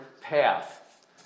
path